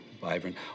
vibrant